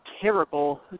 terrible